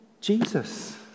Jesus